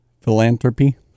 Philanthropy